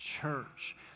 church